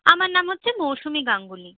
আমার নাম হচ্ছে মৌসুমী গাঙ্গুলী